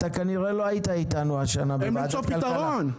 אתה כנראה לא היית איתנו השנה בוועדת כלכלה,